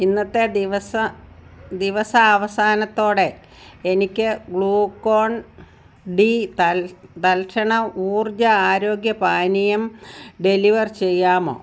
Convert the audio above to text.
ഇന്നത്തെ ദിവസ ദിവസാവസാനത്തോടെ എനിക്ക് ഗ്ലൂക്കോൺ ഡി തൽ തൽക്ഷണ ഊർജ്ജ ആരോഗ്യ പാനീയം ഡെലിവർ ചെയ്യാമോ